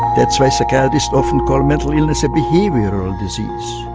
that's why psychiatrists often call mental illness a behavioural disease.